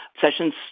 Sessions